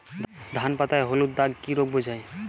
ধান পাতায় হলুদ দাগ কি রোগ বোঝায়?